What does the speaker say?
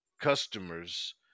customers